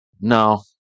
No